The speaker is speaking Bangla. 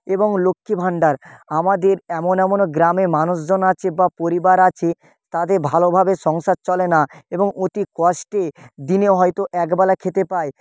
এবং লক্ষ্মী ভাণ্ডার আমাদের এমন এমন গ্রামে মানুষজন আছে বা পরিবার আছে তাদের ভালোভাবে সংসার চলে না এবং অতি কষ্টে দিনে হয়তো একবেলা খেতে পায়